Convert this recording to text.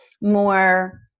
more